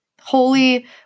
holy